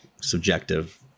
subjective